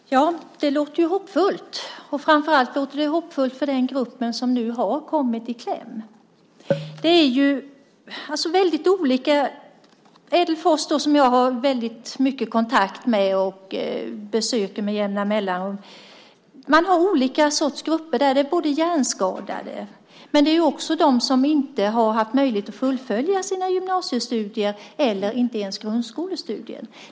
Fru talman! Det låter hoppfullt. Framför allt låter det hoppfullt för den grupp som nu kommit i kläm. Vid Ädelfors folkhögskola, som jag har mycket kontakt med och besöker med jämna mellanrum, har man olika grupper. Där finns hjärnskadade men också sådana som inte haft möjlighet att fullfölja sina gymnasiestudier eller ens grundskolestudier.